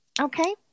Okay